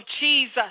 jesus